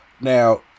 now